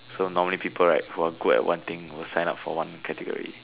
so normally people right who are good at one thing will sign up for one category